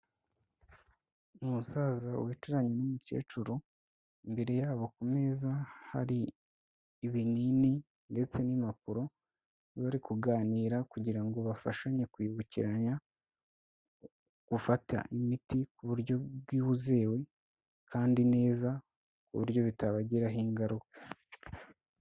Umusaza wicaranye n'umukecuru, imbere yabo ku meza hari ibinini ndetse n'impapuro bari kuganira kugira ngo bafashanye kwibukiranya gufata imiti ku buryo bwizewe kandi neza, ku buryo bitabagiraho ingaruka.